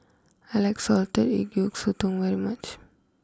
I like Salted Egg Yolk Sotong very much